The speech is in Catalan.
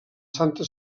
santa